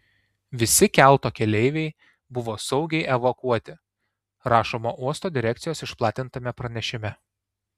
visi kelto keleiviai buvo saugiai evakuoti rašoma uosto direkcijos išplatintame pranešime